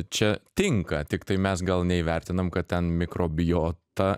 čia tinka tiktai mes gal neįvertinam kad ten mikrobiota